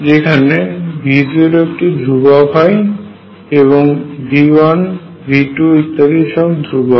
যেখানে V0 একটি ধ্রুবক হয় এবং V1 V2 ইত্যাদি সব ধ্রুবক হয়